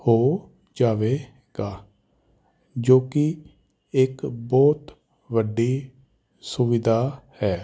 ਹੋ ਜਾਵੇਗਾ ਜੋ ਕਿ ਇੱਕ ਬਹੁਤ ਵੱਡੀ ਸੁਵਿਧਾ ਹੈ